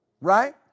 right